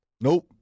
Nope